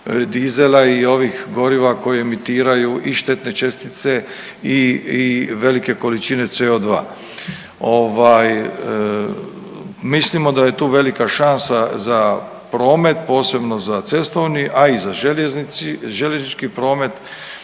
dizela i ovih goriva koji emitiraju i štetne čestice i velike količine CO2. Ovaj mislimo da je tu velika šansa za promet, posebno za cestovni, a i za željeznički promet.